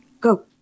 Go